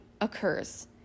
occurs